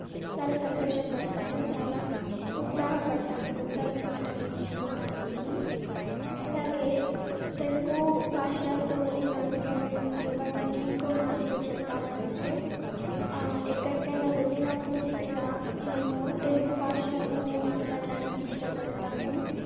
చాలా సంతోషపడతాను చాలా ఉత్సాహపడతాను క్రొత్త మాటలు నేర్చుకోవడానికి అలాగే తెలుగు భాషతో ఉన్న అనుభవం అనుబంధం ఇంకో మాటలో చెప్పాలంటే ఎక్కడికైనా వెళ్ళినప్పుడు కూడా నేను తెలుగు భాషల్లోనే మాట్లాడటానికి ఇష్టపడతాను